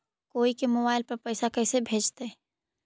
कोई के मोबाईल पर पैसा कैसे भेजइतै?